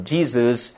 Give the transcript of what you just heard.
Jesus